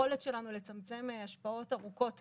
היכולת שלנו לצמצם השפעות ארוכות טווח,